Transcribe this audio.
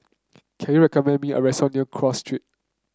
can you recommend me a restaurant near Cross Street